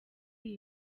iyi